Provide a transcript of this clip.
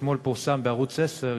אתמול פורסם בערוץ 10,